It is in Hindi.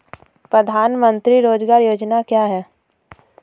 प्रधानमंत्री रोज़गार योजना क्या है?